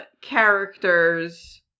characters